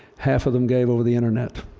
half of them gave over the internet.